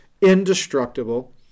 indestructible